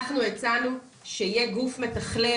אנחנו הצענו שיהיה גוף מתכלל,